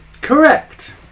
Correct